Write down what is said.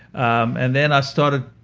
um and then i started.